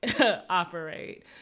operate